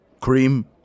Cream